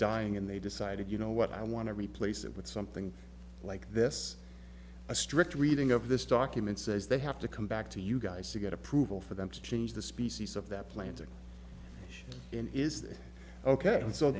dying and they decided you know what i want to replace it with something like this a strict reading of this document says they have to come back to you guys to get approval for them to change the species of that planting in is ok and so